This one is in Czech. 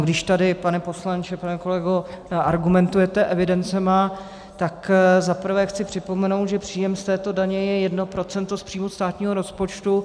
Když tady, pane poslanče, pane kolego, argumentujete evidencemi, tak za prvé chci připomenout, že příjem z této daně je jedno procento z příjmu státního rozpočtu.